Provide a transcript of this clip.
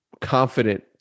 confident